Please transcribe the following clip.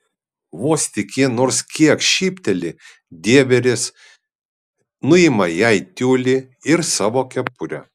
vos tik ji nors kiek šypteli dieveris nuima jai tiulį ir savo kepurę